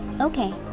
Okay